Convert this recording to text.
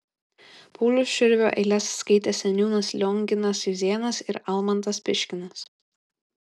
pauliaus širvio eiles skaitė seniūnas lionginas juzėnas ir almantas piškinas